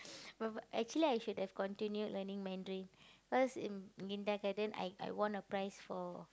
but but actually I should have continued learning Mandarin cause in kindergarten I I won a prize for